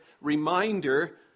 reminder